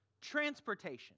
transportation